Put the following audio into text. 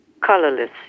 colorless